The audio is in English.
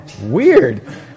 Weird